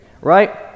Right